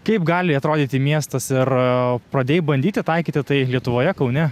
kaip gali atrodyti miestas ir pradėjai bandyti taikyti tai lietuvoje kaune